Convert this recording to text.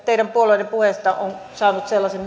teidän puolueenne puheista on saanut sellaisen